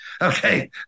okay